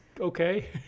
okay